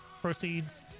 proceeds